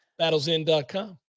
battlesin.com